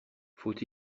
faut